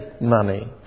money